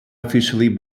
officially